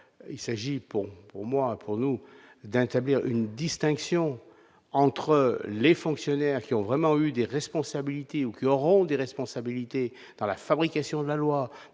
il s'agit pour pour moi pour nous d'un établir une distinction entre les fonctionnaires qui ont vraiment eu des responsabilités ou qui auront des responsabilités dans la fabrication de la loi